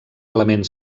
element